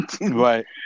Right